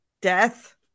death